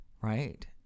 Right